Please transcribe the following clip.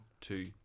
two